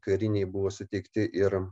kariniai buvo sutikti ir